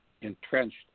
entrenched